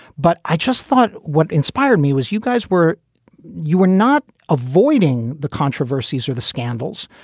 but i just thought what inspired me was you guys were you were not avoiding the controversies or the scandals,